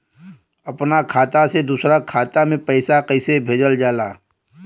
अपना खाता से दूसरा में पैसा कईसे भेजल जाला?